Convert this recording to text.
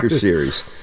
series